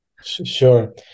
Sure